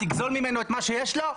תגזול ממנו את מה שיש לו?